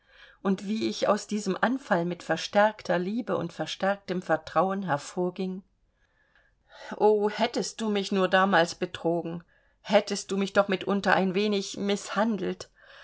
und wie ich aus diesem anfall mit verstärkter liebe und verstärktem vertrauen hervorging o hättest du mich nur damals betrogen hättest du mich doch mitunter ein wenig mißhandelt